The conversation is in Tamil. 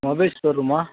மொபைல் ஷோரூமா